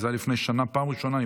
זה היה לפני שנה פעם ראשונה.